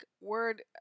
word